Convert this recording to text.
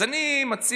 אז אני מציע,